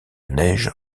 neige